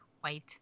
white